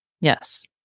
Yes